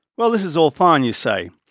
well this this all fine you say.